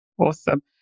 Awesome